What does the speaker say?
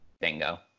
bingo